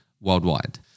worldwide